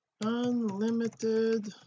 unlimited